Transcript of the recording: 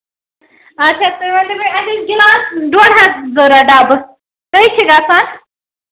اچھا تُہۍ ؤنتَو مےٚ اَسہِ چھِ گِلاس ڈۄڈ ہَتھ ضرورَت ڈَبہٕ کۭتِس چھِ گژھان